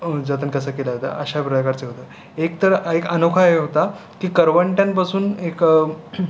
जतन कसं केलं जातं अशा प्रकारचे होतं एक तर हे एक अनोखा हे होता की करवंट्यापासून एक